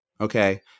okay